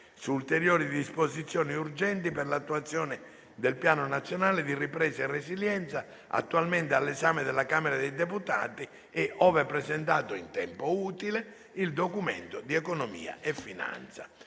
su ulteriori disposizioni urgenti per l'attuazione del Piano nazionale di ripresa e resilienza, attualmente all'esame della Camera dei deputati, e, ove presentato in tempo utile, il Documento di economia e finanza